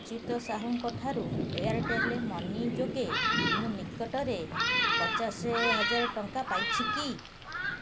ଅଚ୍ୟୁତ ସାହୁଙ୍କ ଠାରୁ Airtel money ଯୋଗେ ମୁଁ ନିକଟରେ ପଚାଶ ହଜାର ଟଙ୍କା ପାଇଛି କି